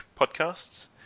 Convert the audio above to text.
podcasts